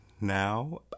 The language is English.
now